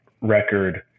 record